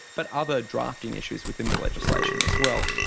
but other drafting issues within the legislation as well.